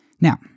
Now